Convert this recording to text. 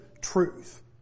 truth